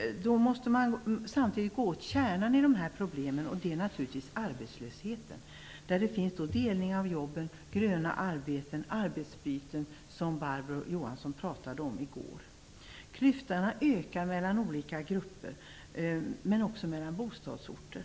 Samtidigt måste man komma åt kärnan till problemen, och det är naturligtvis arbetslösheten. Vi har föreslagit delning av jobben, gröna arbeten och arbetsbyten, som Barbro Johansson talade om i går. Klyftorna ökar mellan olika grupper men också mellan bostadsorter.